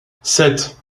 sept